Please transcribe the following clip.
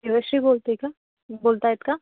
देवश्री बोलते आहे का बोलत आहेत का